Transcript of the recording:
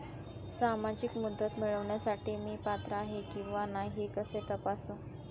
सामाजिक मदत मिळविण्यासाठी मी पात्र आहे किंवा नाही हे कसे तपासू?